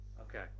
Okay